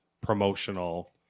promotional